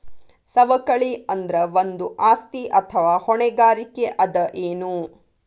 ಸವಕಳಿ ಅಂದ್ರ ಒಂದು ಆಸ್ತಿ ಅಥವಾ ಹೊಣೆಗಾರಿಕೆ ಅದ ಎನು?